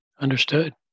Understood